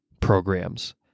programs